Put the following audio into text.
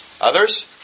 Others